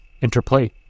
interplay